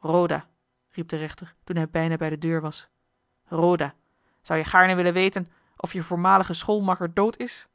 roda riep de rechter toen hij bijna bij de deur was roda zou je gaarne willen weten of je voormalige schoolmakker dood is